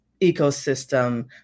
ecosystem